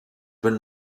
been